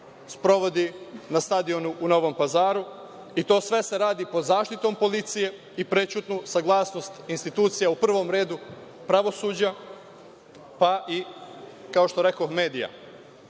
sprovodi na stadionu u Novom Pazaru, a sve se to radi pod zaštitom policije i uz prećutnu saglasnost institucija, u prvom redu pravosuđa, pa i, kao što rekoh, medija. Tako